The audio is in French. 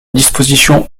disposition